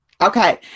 Okay